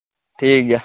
ᱴᱷᱤᱠ ᱜᱮᱭᱟ